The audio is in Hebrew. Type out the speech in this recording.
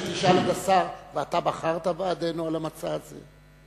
שתשאל את השר: ואתה בחרת בעדנו על המצע הזה?